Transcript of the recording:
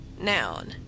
Noun